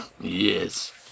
Yes